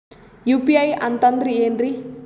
UPI ಅಂತಂದ್ರೆ ಏನ್ರೀ?